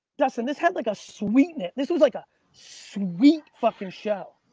dustin, this had like a sweetness. this was like a sweet fucking show.